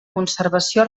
conservació